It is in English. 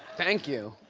thank you.